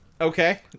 Okay